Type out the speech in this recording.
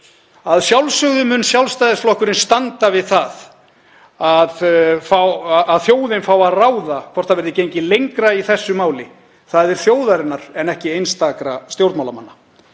„Að sjálfsögðu mun Sjálfstæðisflokkurinn standa við það að þjóðin fær að ákveða það hvort það verði gengið lengra í þessu máli. Það er þjóðarinnar en ekki einstakra stjórnmálamanna“